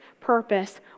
purpose